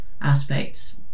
aspects